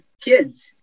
kids